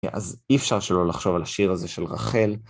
אז אי אפשר שלא לחשוב על השיר הזה של רחל.